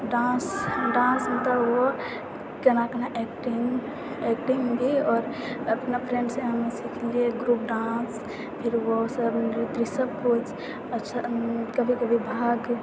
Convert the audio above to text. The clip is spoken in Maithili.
डान्स डान्समे तऽ ओ कोना कोना एक्टिङ्ग एक्टिङ्ग भी आओर अपना फ्रेन्डसँ हमे सिखलिए ग्रुप डान्स फेर ओसब नृत्य ईसब कभी कभी भाग